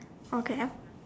okay